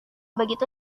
begitu